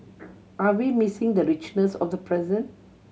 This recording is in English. are we missing the richness of the present